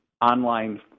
online